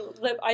live